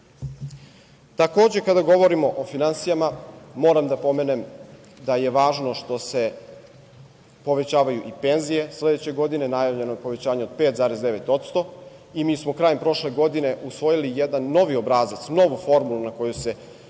kada govorimo o finansijama moram da pomenem da je važno što se povećavaju i penzije sledeće godine, najavljeno je povećanje od 5,9% i mi smo krajem prošle godine usvojili jedan novi obrazac, jednu novu formulu na osnovu